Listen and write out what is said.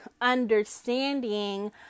understanding